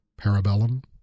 Parabellum